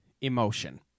emotion